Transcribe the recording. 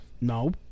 No